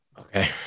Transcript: Okay